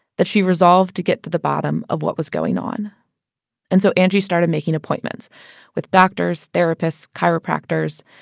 that she resolved to get to the bottom of what was going on and so angie started making appointments with doctors, therapists, chiropractors,